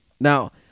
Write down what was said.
Now